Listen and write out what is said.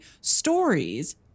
stories